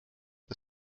the